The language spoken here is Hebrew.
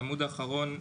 העמוד האחרון,